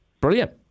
Brilliant